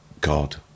god